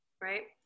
right